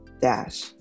dash